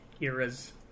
eras